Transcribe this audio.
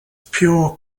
pure